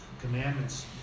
commandments